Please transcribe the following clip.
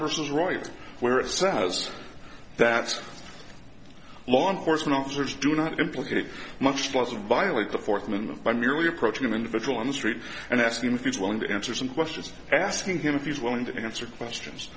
versus right where it says that law enforcement officers do not implicated much closer violate the fourth amendment by merely approaching an individual on the street and ask him if he's willing to answer some questions asking him if he's willing to answer questions